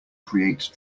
create